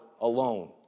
alone